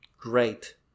Great